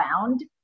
found